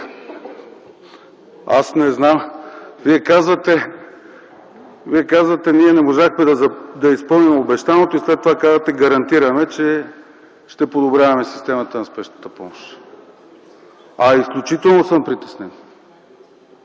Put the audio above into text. Аз не знам – Вие казвате „ние не можахме да изпълним обещаното” и след това казвате „гарантираме, че ще подобряваме системата на Спешната помощ”. Изключително съм притеснен.